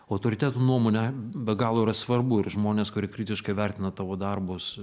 autoritetų nuomonė be galo yra svarbu ir žmonės kurie kritiškai vertina tavo darbus